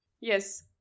Yes